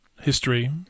history